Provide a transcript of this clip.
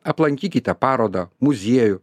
aplankykite parodą muziejų